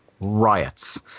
riots